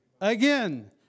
again